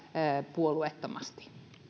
puolueettomasti